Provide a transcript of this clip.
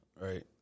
Right